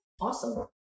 Awesome